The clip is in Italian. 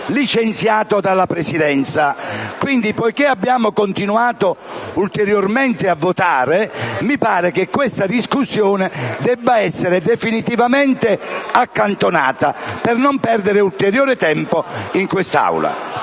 licenziato dalla Presidenza. Poiché abbiamo continuato ulteriormente a votare, mi pare che questa discussione debba essere definitivamente accantonata, per non perdere ulteriore tempo in quest'Aula.